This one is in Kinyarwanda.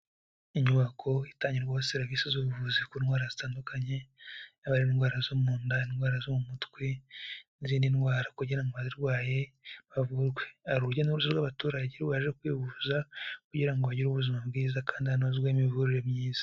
Inyubako itangirwaho serivisi z'ubuvuzi ku ndwara zitandukanye, yaba ari indwara zo mu nda, indwara zo mu mutwe n'izindi ndwara, kugira ngo abazirwaye bavurwe hari urujya n'uruza rw'abaturage baje kwivuza, kugira ngo bagire ubuzima bwiza, kandi hanozwe n'imivurire myiza.